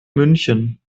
münchen